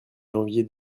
janvier